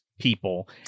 people